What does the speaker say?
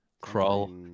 Crawl